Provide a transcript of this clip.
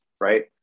right